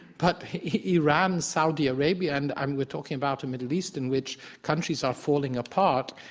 but iran-saudi arabia, and and we're talking about a middle east in which countries are falling apart,